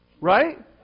Right